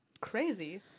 crazy